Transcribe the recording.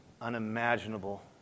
Unimaginable